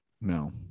No